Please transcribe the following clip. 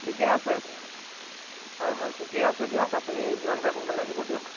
ঠিকে আছে হয় হয় ঠিকে আছে দিয়ক আপুনি যিমান পাৰে সোনকালে আহিব দিয়ক